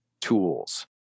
tools